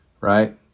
right